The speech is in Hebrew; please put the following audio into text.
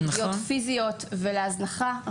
לפגיעות פיזיות ולהזנחה.